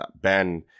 Ben